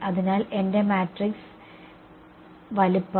അതിനാൽ എന്റെ മാട്രിക്സ് വലുപ്പം